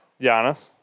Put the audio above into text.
Giannis